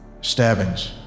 Stabbings